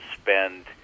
spend